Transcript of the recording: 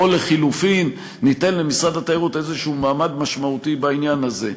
או לחלופין ניתן למשרד התיירות איזשהו מעמד משמעותי בעניין הזה,